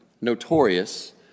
notorious